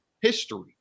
history